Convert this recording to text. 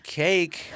cake